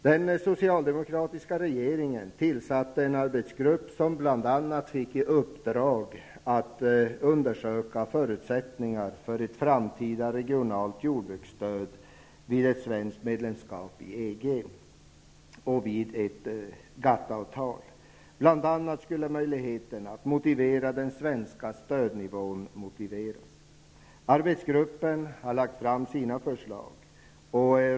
Den socialdemokratiska regeringen tillsatte en arbetsgrupp som bl.a. fick i uppdrag att undersöka förutsättningarna för ett framtida regionalt jordbruksstöd vid ett svenskt medlemskap i EG och vid ett GATT-avtal. Bl.a. skulle den svenska stödnivån motiveras. Arbetsgruppen har lagt fram förslag.